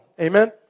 Amen